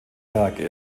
werke